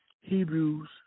Hebrews